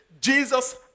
Jesus